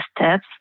steps